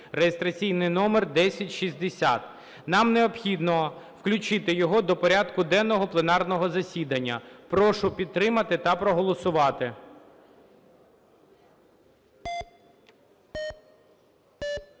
(реєстраційний номер 1060). Нам необхідно включити його до порядку денного пленарного засідання. Прошу підтримати та проголосувати.